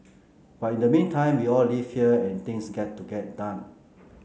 but in the meantime we all live here and things get to get done